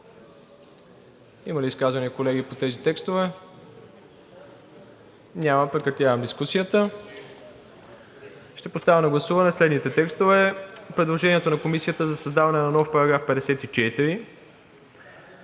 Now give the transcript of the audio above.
Има ли изказвания, колеги, по тези текстове? Няма. Прекратявам дискусията. Ще поставя на гласуване следните текстове: предложението на Комисията за създаване на нов § 54;